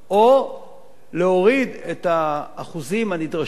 או להוריד את האחוזים הנדרשים,